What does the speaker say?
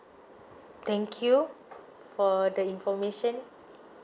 thank you for the information